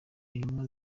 intumwa